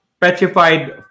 Petrified